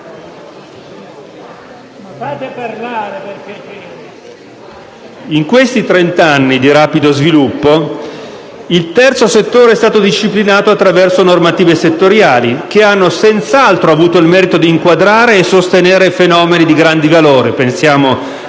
In questi trent'anni di rapido sviluppo il terzo settore è stato disciplinato attraverso normative settoriali, che hanno senz'altro avuto il merito di inquadrare e sostenere fenomeni di grande valore - pensiamo al